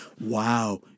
wow